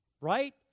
Right